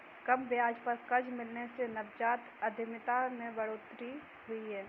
कम ब्याज पर कर्ज मिलने से नवजात उधमिता में बढ़ोतरी हुई है